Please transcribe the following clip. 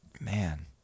Man